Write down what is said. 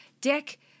Dick